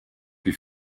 wie